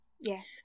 Yes